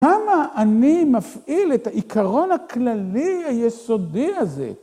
למה אני מפעיל את העיקרון הכללי היסודי הזה?